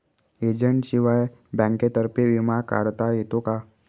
एजंटशिवाय बँकेतर्फे विमा काढता येतो का?